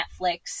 netflix